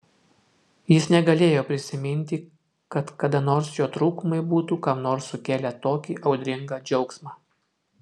jis negalėjo prisiminti kad kada nors jo trūkumai būtų kam nors sukėlę tokį audringą džiaugsmą